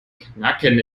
knacken